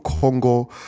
Congo